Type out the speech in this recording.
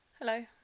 Hello